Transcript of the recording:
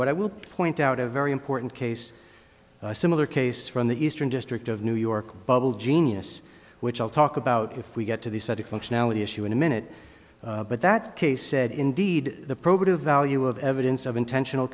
i will point out a very important case a similar case from the eastern district of new york bubble genius which i'll talk about if we get to the set of functionality issue in a minute but that case said indeed the program the value of evidence of intentional